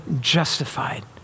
justified